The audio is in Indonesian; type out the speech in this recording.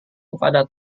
kepada